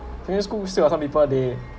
secondary school still got some people they